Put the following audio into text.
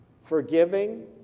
forgiving